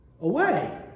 Away